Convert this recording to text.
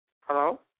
Hello